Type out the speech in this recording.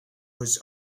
was